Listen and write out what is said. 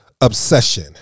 Obsession